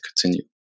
continue